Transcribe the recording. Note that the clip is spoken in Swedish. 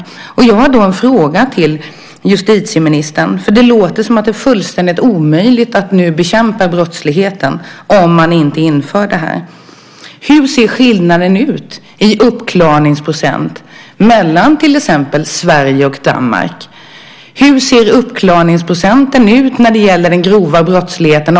Jag har då en fråga till justitieministern. Det låter som att det är fullständigt omöjligt att nu bekämpa brottsligheten om man inte inför det här. Hur ser skillnaden ut i uppklaringsprocent mellan till exempel Sverige och Danmark? Hur ser uppklaringsprocenten ut när det gäller den grova brottsligheten?